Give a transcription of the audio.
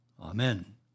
Amen